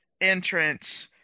entrance